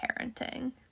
parenting